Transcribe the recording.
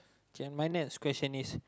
okay ah my next question is